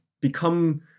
become